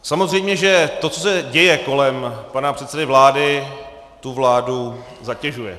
Samozřejmě, že to, co se děje kolem pana předsedy vlády, tu vládu zatěžuje.